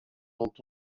dont